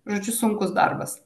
žodžiu sunkus darbas